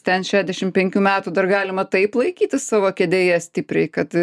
ten šešiasdešim penkių metų dar galima taip laikytis savo kėdėje stipriai kad